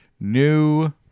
new